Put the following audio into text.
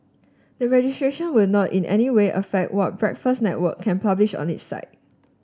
the registration will not in any way affect what Breakfast Network can publish on its site